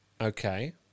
Okay